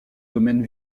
domaine